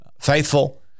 faithful